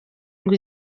ngo